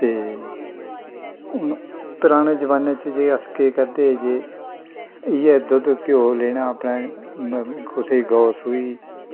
ते हून परानें जमानें बिच्च अस केह् करदे हे जे इ'यै दुद्ध घ्यो लैना अपने कुसै दी गौ सूई